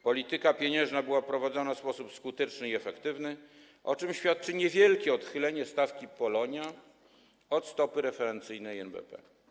Polityka pieniężna była prowadzona w sposób skuteczny i efektywny, o czym świadczy niewielkie odchylenie stawki Polonia od stopy referencyjnej NBP.